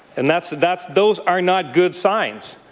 and that's that's those are not good signs.